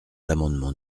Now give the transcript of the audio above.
l’amendement